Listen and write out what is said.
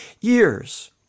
years